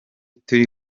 turi